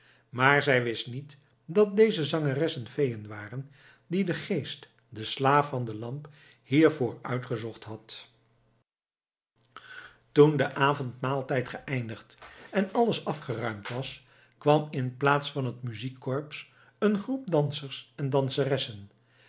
maar zij wist niet dat deze zangeressen feeën waren die de geest de slaaf van de lamp hiervoor uitgezocht had toen de avondmaaltijd geëindigd en alles afgeruimd was kwam in plaats van het muziekkorps een groep dansers en danseressen